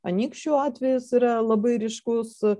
anykščių atvejis yra labai ryškus ė